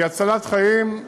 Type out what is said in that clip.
כי הצלת חיים,